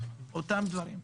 אותם דברים.